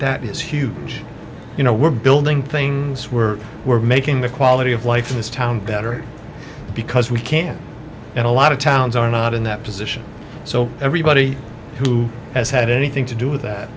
that is huge you know we're building things we're we're making the quality of life in this town better because we can and a lot of towns are not in that position so everybody who has had anything to do with that